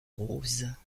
roses